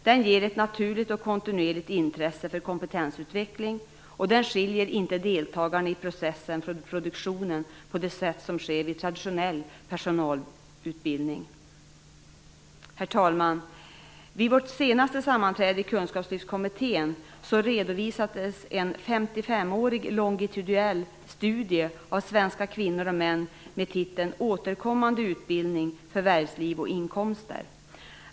Den ger ett naturligt och kontinuerligt intresse för kompetensutveckling och den skiljer inte deltagarna i processen från produktionen på det sätt som sker vid traditionell personalutbildning. Herr talman! Vid Kunskapslyftskommitténs senaste sammanträde redovisades en 55-årig longitudinal studie av svenska kvinnor och män med titel Återkommande utbildning, förvärvsliv och inkomster.